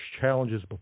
challenges